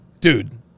Dude